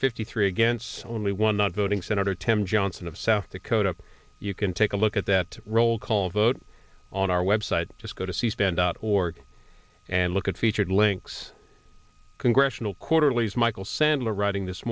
fifty three against only one not voting senator tim johnson of south dakota you can take a look at that roll call vote on our web site just go to c span dot org and look at featured links congressional quarterly's michael sandler writing this